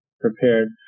prepared